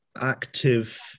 active